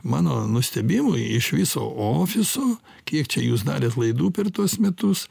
mano nustebimui iš viso ofiso kiek čia jūs darėt laidų per tuos metus